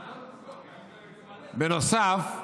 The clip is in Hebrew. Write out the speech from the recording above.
בנוסף,